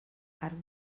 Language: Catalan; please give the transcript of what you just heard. arc